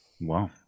Wow